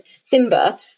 Simba